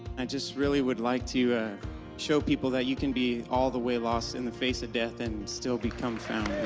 and just really would like to show people that you can be all the way lost in the face of death and still become found.